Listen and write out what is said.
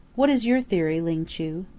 what is your theory, ling chu?